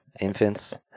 infants